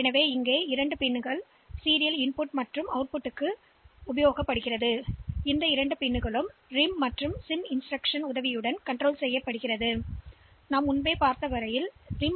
எனவே இந்த 2ம் தொடர் உள்ளீடு மற்றும் வெளியீட்டிற்கானவை மேலும் இது செயல்பாட்டைப் பொருத்தவரை இந்த இன்ஸ்டிரக்ஷன்கள் RIM மற்றும் SIM ஆல் கட்டுப்படுத்தப்படுகிறது குறுக்கீடு முகமூடியைப் படித்து இடைவெளி முகமூடியை அமைக்கவும்